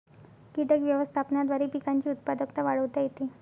कीटक व्यवस्थापनाद्वारे पिकांची उत्पादकता वाढवता येते